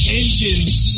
engines